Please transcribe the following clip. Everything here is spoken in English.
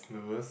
nervous